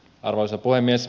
arvoisa puhemies